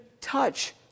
touch